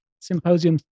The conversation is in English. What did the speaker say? Symposium